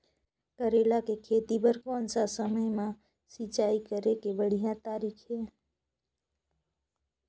करेला के खेती बार कोन सा समय मां सिंचाई करे के बढ़िया तारीक हे?